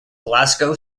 glasgow